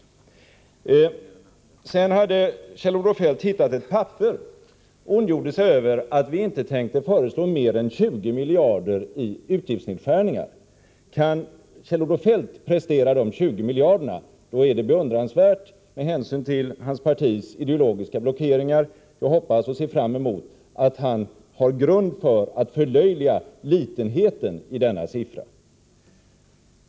Kjell-Olof Feldt citerade ur ett dokument och ondgjorde sig över att moderaterna enligt detta inte tänkte föreslå mer än 20 miljarder i utgiftsnedskärningar. Kan Kjell-Olof Feldt prestera de 20 miljarderna är det beundransvärt, med hänsyn till hans partis ideologiska blockeringar. Jag hoppas och ser fram emot att han har grund för att förlöjliga litenheten i denna summa.